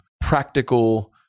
practical